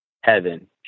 heaven